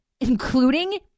including